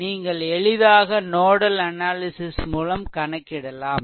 நீங்கள் எளிதாக nodal analysis மூலம் கணக்கிடலாம்